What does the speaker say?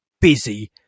busy